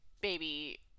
baby